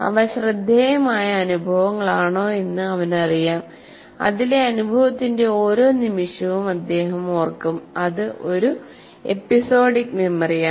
അവ ശ്രദ്ധേയമായ അനുഭവങ്ങളാണോയെന്ന് അവനറിയാം അതിലെ അനുഭവത്തിന്റെ ഓരോ നിമിഷവും അദ്ദേഹം ഓർക്കും അത് ഒരു എപ്പിസോഡിക് മെമ്മറിയാണ്